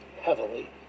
heavily